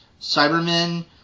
Cybermen